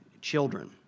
children